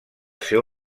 seu